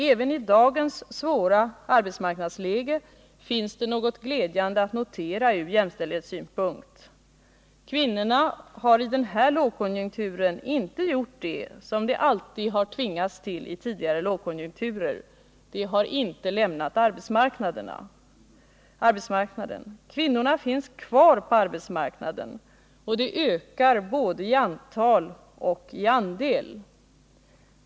Även i dagens svåra arbetsmarknadsläge finns det något glädjande att notera ur jämställdhetssynpunkt. Kvinnorna har i den här lågkonjunkturen inte gjort vad de alltid tvingats till i tidigare lågkonjunkturer — de har inte lämnat arbetsmarknaden. Kvinnorna finns kvar på arbetsmarknaden, och de ökar både i antal och i andel.